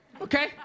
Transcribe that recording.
okay